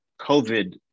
COVID